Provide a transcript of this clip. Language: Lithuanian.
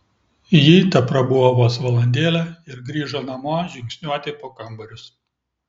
ji teprabuvo vos valandėlę ir grįžo namo žingsniuoti po kambarius